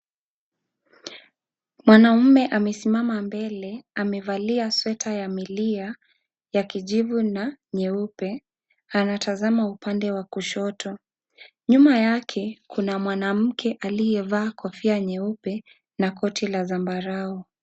Mwanamme amesimama mbele, amevalia sweta ya milia ya kijivu na nyeupe anatazama upande wa kushoto ,nyuma yake kuna mwanamke aliyevaa Kofia nyeupe na kotia zambarao.